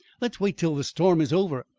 let's wait till the storm is over.